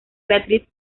beatriz